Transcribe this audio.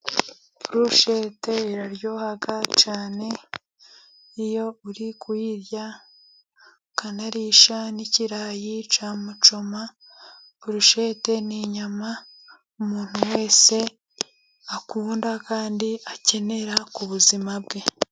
Burushete iraryoha cyane. Iyo uri kuyirya ukanarisha n'ikirayi cya mucoma. Burushete ni inyama umuntu wese akunda, kandi akenera ku buzima bwe.